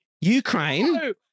Ukraine